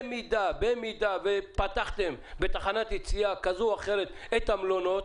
במידה ופתחתם בתחנת יציאה כזו או אחרת את המלונות,